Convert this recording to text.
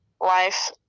life